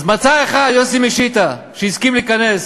אז מצא אחד, יוסי משיתא, שהסכים להיכנס.